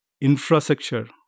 infrastructure